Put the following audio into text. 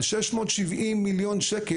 על 670 מיליון ש"ח,